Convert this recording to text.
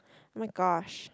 oh-my-gosh